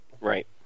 Right